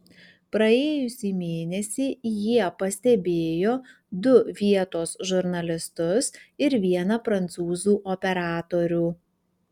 praėjusį mėnesį jie pastebėjo du vietos žurnalistus ir vieną prancūzų operatorių